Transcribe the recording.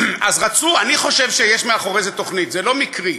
אני חושב שיש מאחורי זה תוכנית, זה לא מקרי.